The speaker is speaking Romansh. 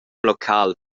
local